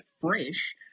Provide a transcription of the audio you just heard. fresh